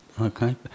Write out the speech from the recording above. Okay